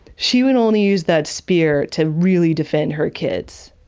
she would only use that spear, to really defend her kids.